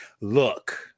look